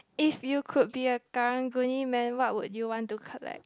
if you could be a Karang-Guni man what would you want to collect